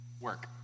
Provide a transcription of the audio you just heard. work